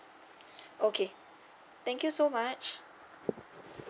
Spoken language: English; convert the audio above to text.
okay thank you so much